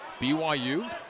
BYU